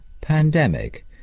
pandemic